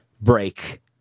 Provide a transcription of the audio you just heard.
break